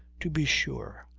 to be sure.